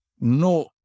no